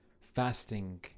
fasting